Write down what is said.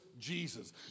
Jesus